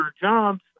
jobs